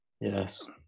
yes